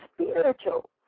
spiritual